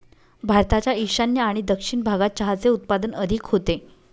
भारताच्या ईशान्य आणि दक्षिण भागात चहाचे उत्पादन अधिक होते